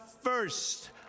first